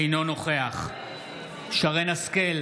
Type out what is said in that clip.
אינו נוכח שרן מרים השכל,